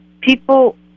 people